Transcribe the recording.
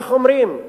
איך אומרים,